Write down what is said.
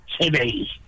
today